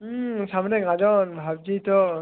হুম সামনে গাজন ভাবছি তো